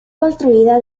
construida